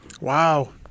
Wow